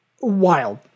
wild